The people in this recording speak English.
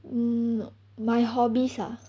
mm my hobbies ah